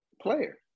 player